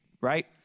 right